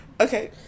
Okay